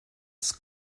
des